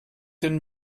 den